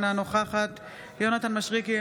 אינה נוכחת יונתן מישרקי,